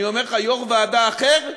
אני אומר לך: יו"ר ועדה אחר,